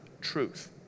truth